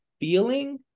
feeling